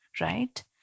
right